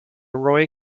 roy